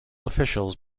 officials